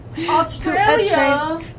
Australia